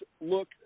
look